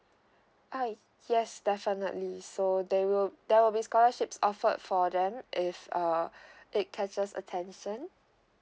ah yes definitely so there will there will be scholarships offered for them if uh it causes attention